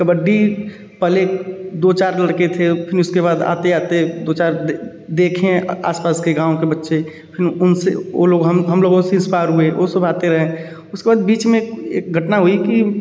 कबड्डी पहले दो चार लड़के थे फिर उसके बाद आते आते दो चार देखें आसपास के गाँव के बच्चे फिर उनसे वो लोग हम हम लोगो से इंस्पायर हुए वो सब आते रहे उसके बाद बीच में एक घटना हुई कि